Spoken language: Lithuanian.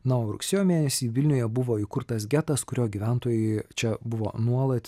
na o rugsėjo mėnesį vilniuje buvo įkurtas getas kurio gyventojai čia buvo nuolat